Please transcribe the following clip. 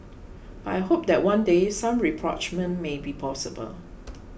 but I hope that one day some rapprochement may be possible